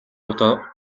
удаа